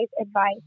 advice